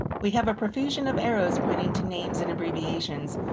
we have a profusion of arrows pointing to names and abbreviations,